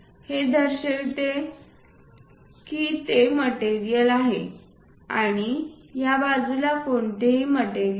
हे दर्शविते की तेथे मटेरियल आहे आणि या बाजूला कोणतेही मटेरियल नाही